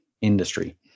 industry